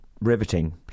riveting